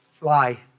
lie